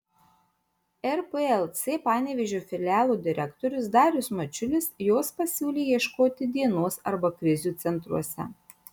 rplc panevėžio filialo direktorius darius mačiulis jos pasiūlė ieškoti dienos arba krizių centruose